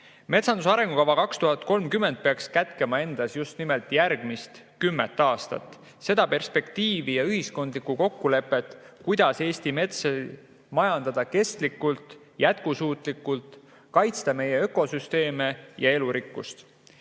Metsanduse arengukava 2030 peaks kätkema endas just nimelt järgmist kümmet aastat. Seda perspektiivi ja ühiskondlikku kokkulepet, kuidas Eesti metsa majandada kestlikult, jätkusuutlikult, kaitsta meie ökosüsteeme ja elurikkust.